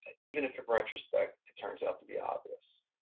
even if it retrospect, it turns out to be obvious.